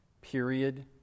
period